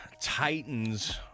Titans